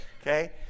okay